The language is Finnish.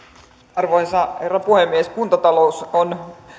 arvoisa herra puhemies kuntatalous on